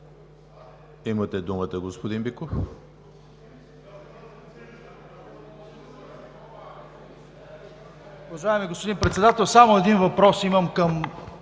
имате думата, господин Цонков.